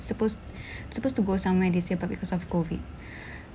supposed supposed to go somewhere this year because of COVID